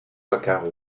vaccaro